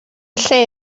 lle